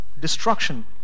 Destruction